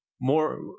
More